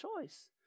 choice